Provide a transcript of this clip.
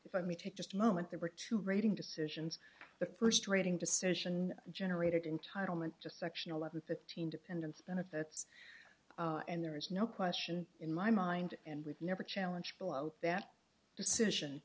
if i may take just a moment there were two rating decisions the first rating decision generated entitlement to section eleven fifteen dependents benefits and there is no question in my mind and would never challenge below that decision